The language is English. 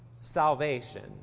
salvation